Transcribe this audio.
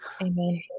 Amen